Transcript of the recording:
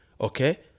Okay